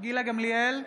גילה גמליאל,